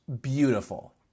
beautiful